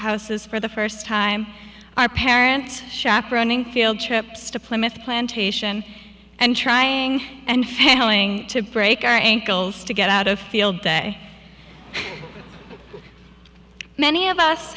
houses for the first time our parents chaperoning field trips to plymouth plantation and trying and failing to break our ankles to get out a field day many of us